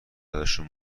ازشون